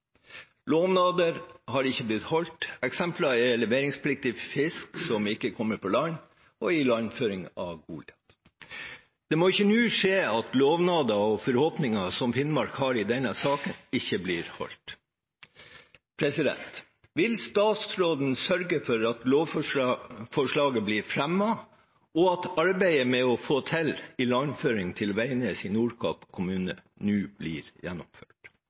Finnmark har opplevd mange skuffelser på flere områder over mange år fra sentralmakten. Lovnader er ikke blitt holdt. Eksempler er leveringspliktig fisk som ikke kommer på land, og ilandføring av olje. Det må ikke nå skje at lovnader og forhåpninger som Finnmark har i denne saken, ikke blir holdt. Vil statsråden sørge for at lovforslaget blir fremmet, og at arbeidet med å få til ilandføring til Veidnes i Nordkapp kommune nå blir gjennomført?